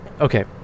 Okay